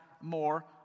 more